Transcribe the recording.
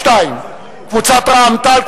קבוצת סיעת רע"ם-תע"ל,